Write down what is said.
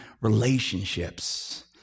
relationships